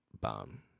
bomb